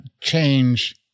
change